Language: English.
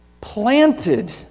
planted